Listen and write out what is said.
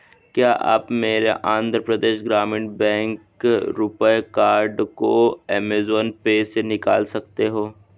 क्या आप मेरे आंध्र प्रदेश ग्रामीण बैंक रुपए कार्ड को एमेजोन पे से निकाल सकते हो